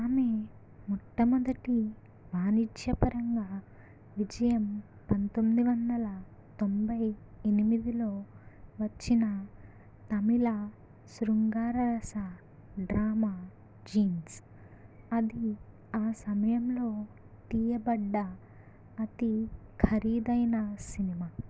ఆమె మొట్టమొదటి వాణిజ్యపరంగా విజయం పంతొమ్మిది వందల తొంభై ఎనిమిదిలో వచ్చిన తమిళ శృంగార రస డ్రామా జీన్స్ అది ఆ సమయంలో తీయబడ్డ అతి ఖరీదైన సినిమా